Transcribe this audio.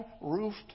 roofed